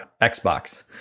Xbox